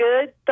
good